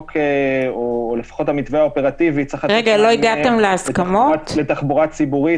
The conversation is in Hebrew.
לפחות המתווה האופרטיבי צריך לתת מענה לתחבורה ציבורית,